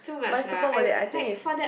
but is super worth it I think is